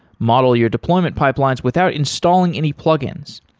model your deployment pipelines without installing any plug-ins.